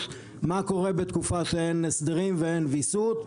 מה קורה בתקופה שאין הסדרים ואין ויסות.